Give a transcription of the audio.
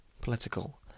political